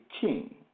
king